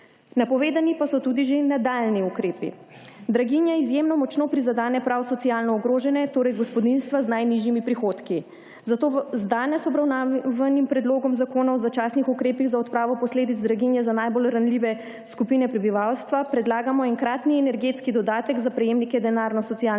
Napovedani pa so tudi že nadaljnji ukrepi. Draginja izjemno močno prizadene prav socialno ogrožene, torej gospodinjstva z najnižjimi prihodki. Zato z danes obravnavanim Predlogom zakona o začasnih ukrepih za odpravo posledic draginje za najbolj ranljive skupine prebivalstva predlagamo enkratni energetski dodatek za prejemnike denarne socialne